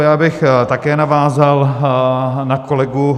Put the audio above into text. Já bych také navázal na kolegu.